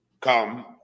come